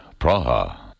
Praha